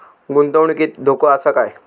गुंतवणुकीत धोको आसा काय?